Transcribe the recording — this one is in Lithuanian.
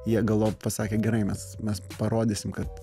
jie galop pasakė gerai mes mes parodysim kad